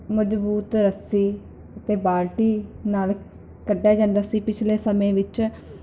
ਮਜਬੂਤ ਰੱਸੀ ਅਤੇ ਬਾਲਟੀ ਨਾਲ ਕੱਢਿਆ ਜਾਂਦਾ ਸੀ ਪਿਛਲੇ ਸਮੇਂ ਵਿੱਚ